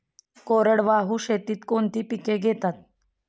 कोरडवाहू शेतीत कोणती पिके घेतात?